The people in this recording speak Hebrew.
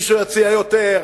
מישהו יציע יותר,